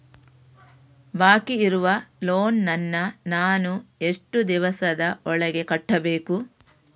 ಬಾಕಿ ಇರುವ ಲೋನ್ ನನ್ನ ನಾನು ಎಷ್ಟು ದಿವಸದ ಒಳಗೆ ಕಟ್ಟಬೇಕು?